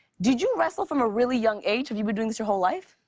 did you wrestle from a really young age? have you been doing this your whole life?